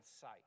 sight